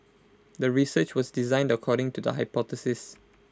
the research was designed according to the hypothesis